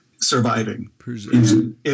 surviving